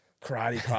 karate